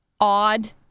odd